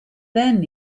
then